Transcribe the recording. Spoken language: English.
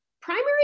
Primary